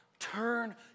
Turn